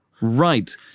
Right